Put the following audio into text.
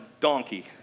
donkey